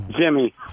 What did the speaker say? Jimmy